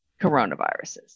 coronaviruses